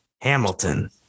Hamilton